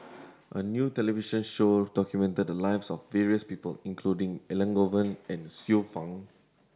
a new television show documented the lives of various people including Elangovan and Xiu Fang